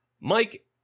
mike